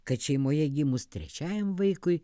kad šeimoje gimus trečiajam vaikui